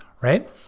Right